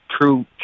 true